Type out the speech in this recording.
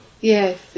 Yes